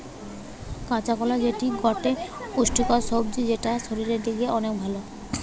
কাঁচা কোলা যেটি গটে পুষ্টিকর সবজি যেটা শরীরের লিগে অনেক ভাল